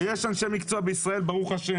ויש אנשי מקצוע בישראל, ברוך השם.